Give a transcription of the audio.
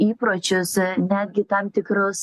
įpročius netgi tam tikrus